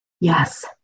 Yes